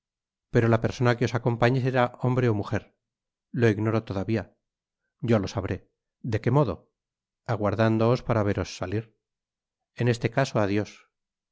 pero la persona que os acompañe será hombre ó mujer lo ignoro todavia yo lo sabré de qué modo aguardándoos para veros salir en este caso